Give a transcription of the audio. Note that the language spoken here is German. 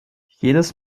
jedes